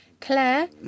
Claire